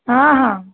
ହଁ ହଁ